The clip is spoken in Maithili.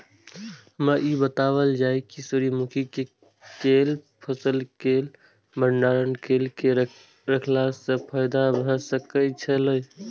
हमरा ई बतायल जाए जे सूर्य मुखी केय फसल केय भंडारण केय के रखला सं फायदा भ सकेय छल?